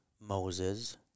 Moses